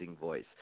voice